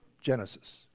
Genesis